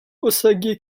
osage